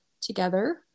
together